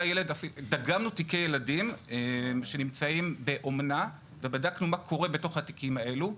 דגמנו תיקי ילדים שנמצאים באומנה ובדקנו מה קורה בתוך התיקים האלו.